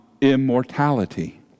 immortality